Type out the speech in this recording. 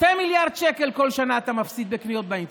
2 מיליארד שקל בכל שנה אתה מפסיד בקניות באינטרנט.